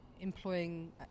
employing